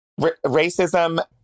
racism